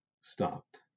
stopped